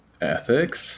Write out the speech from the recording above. Ethics